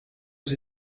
aux